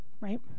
right